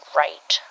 right